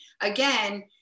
again